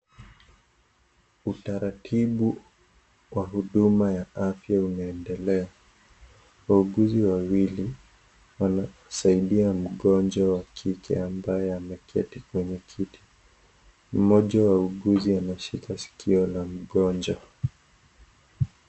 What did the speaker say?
Utaratibu wa huduma ya afya unaendelea. Wauguzi wawili, wanamsaidia mgonjwa wa kike, ambaye ameketi kwenye kiti. Mmoja wa wauguzi ,anashika sikio la mgonjwa.